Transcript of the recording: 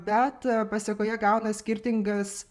bet pasekoje gauna skirtingas